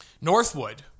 Northwood